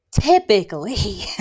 typically